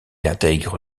intègre